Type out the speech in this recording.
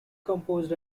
composed